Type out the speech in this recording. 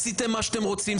עשיתם מה שאתם רוצים,